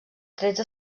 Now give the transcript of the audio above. tretze